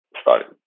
started